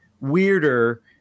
weirder